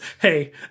hey